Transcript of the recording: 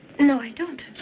no, i don't.